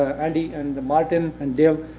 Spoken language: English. andy and martin and jim,